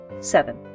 seven